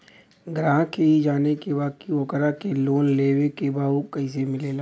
ग्राहक के ई जाने के बा की ओकरा के लोन लेवे के बा ऊ कैसे मिलेला?